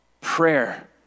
Prayer